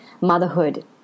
motherhood